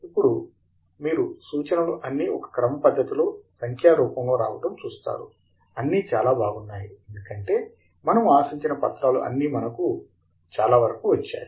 ఇప్పుడు మీరు సూచనలు అన్నీ ఒక క్రమ పద్ధతిలో సంఖ్యా రూపములో రావటం చూస్తారు అన్నీ చాలా బాగున్నాయి ఎందుకంటే మనము ఆశించిన పత్రాలు అన్నీ చాలా వరకు వచ్చాయి